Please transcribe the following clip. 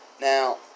Now